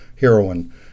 heroine